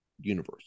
universe